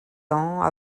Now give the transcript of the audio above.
ans